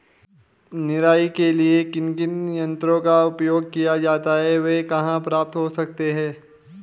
निराई के लिए किन किन यंत्रों का उपयोग किया जाता है वह कहाँ प्राप्त हो सकते हैं?